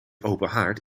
openhaard